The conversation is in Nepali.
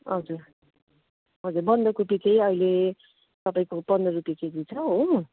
हजुर हजुर बन्दाकोपी चाहिँ अहिले तपाईँको पन्ध्र रुपियाँ केजी छ हो